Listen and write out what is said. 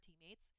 teammates